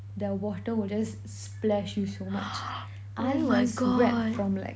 the water will just splash you so much I was wet from like